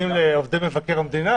אתם נותנים לעובדי מבקר המדינה.